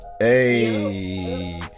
Hey